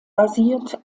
basiert